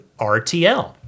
rtl